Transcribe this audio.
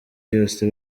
yose